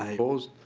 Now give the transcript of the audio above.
opposed